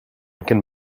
can